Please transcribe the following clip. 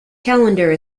calendar